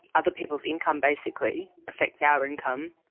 other people's income basically affects our income.